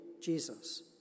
Jesus